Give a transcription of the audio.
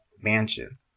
Mansion